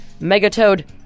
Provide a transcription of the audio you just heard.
Megatoad